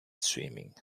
swimming